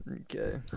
Okay